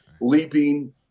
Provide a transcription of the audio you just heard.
leaping